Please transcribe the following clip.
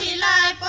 la